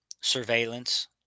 surveillance